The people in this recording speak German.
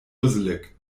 dusselig